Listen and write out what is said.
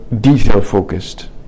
detail-focused